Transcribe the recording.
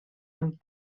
amb